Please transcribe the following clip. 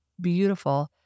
beautiful